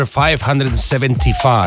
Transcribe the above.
575